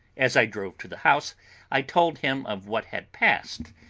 as i drove to the house i told him of what had passed,